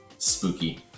Spooky